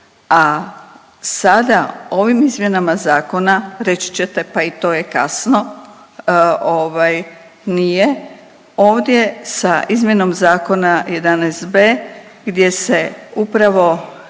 a sada ovim izmjenama zakona, reći ćete pa i to je kasno, nije, ovdje sa izmjenom zakona 11.b gdje se upravo